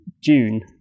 June